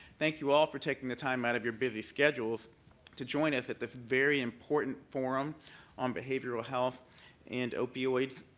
thank you all for taking the time out of your busy schedules to join us at this very important forum on behavioral health and opioids.